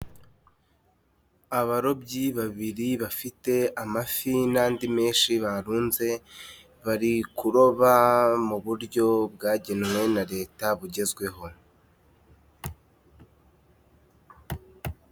Abarobyi babiri bafite amafi n'andi menshi barunze. Bari kuroba mu buryo bwagenwe na Leta bugezweho.